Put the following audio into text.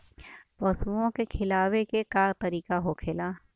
पशुओं के खिलावे के का तरीका होखेला?